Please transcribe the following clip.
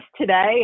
today